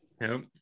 nope